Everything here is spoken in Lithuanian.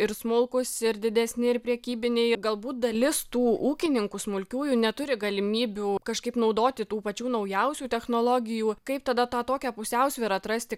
ir smulkūs ir didesni ir prekybiniai galbūt dalis tų ūkininkų smulkiųjų neturi galimybių kažkaip naudoti tų pačių naujausių technologijų kaip tada tą tokią pusiausvyrą atrasti